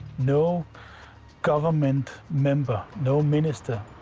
no government member, no minister,